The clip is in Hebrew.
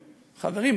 חברים,